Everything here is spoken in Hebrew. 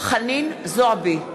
חנין זועבי,